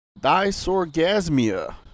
Dysorgasmia